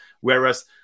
Whereas